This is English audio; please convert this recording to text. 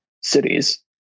cities